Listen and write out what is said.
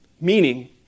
Meaning